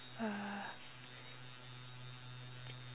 err